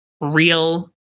real